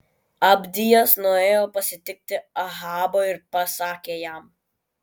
abdijas nuėjo pasitikti ahabo ir pasakė jam